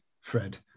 Fred